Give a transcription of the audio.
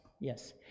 yes